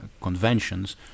conventions